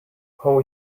how